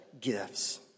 gifts